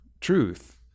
truth